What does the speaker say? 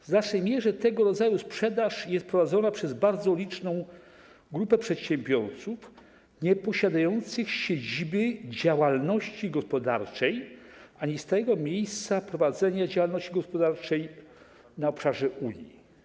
W znacznej mierze tego rodzaju sprzedaż jest prowadzona przez bardzo liczną grupę przedsiębiorców nieposiadających siedziby działalności gospodarczej ani stałego miejsca prowadzenia działalności gospodarczej na obszarze Unii.